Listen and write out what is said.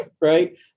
right